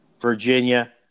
Virginia